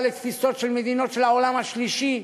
לתפיסות של מדינות של העולם השלישי,